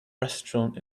restaurant